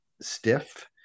stiff